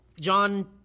John